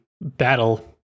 battle